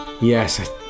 yes